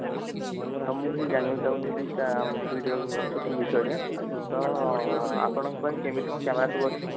ହଁ ତ ମୁଁ କିଛି ଜାଣିବାକୁ ଚାହୁଁଥିଲି ତା ଭିଡ଼ିଓ ସୁଟିଂ ବିଷୟରେ ତ ଆପଣଙ୍କ ପାଖେ କେମିତି କ'ଣ କ୍ୟାମେରା ସବୁ ଅଛି